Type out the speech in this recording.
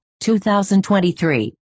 2023